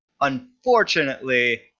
Unfortunately